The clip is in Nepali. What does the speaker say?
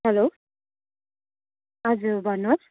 हेलो हजुर भन्नुहोस्